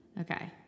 Okay